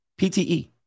PTE